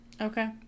Okay